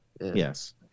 Yes